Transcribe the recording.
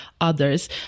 others